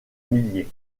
milliers